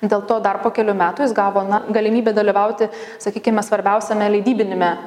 dėl to dar po kelių metų jis gavo na galimybę dalyvauti sakykime svarbiausiame leidybiniame